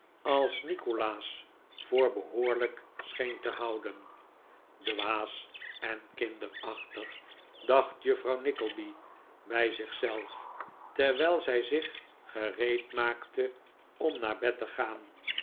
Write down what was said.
als nikolaas voor behoorlijk scheen te houden dwaas en kinderachtig dacht juffrouw nickleby bij zich zelf terwijl zij zich gereedmaakte om naar bed te gaan